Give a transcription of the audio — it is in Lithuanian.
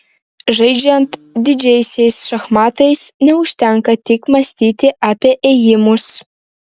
žaidžiant didžiaisiais šachmatais neužtenka tik mąstyti apie ėjimus